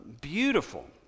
beautiful